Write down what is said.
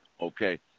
Okay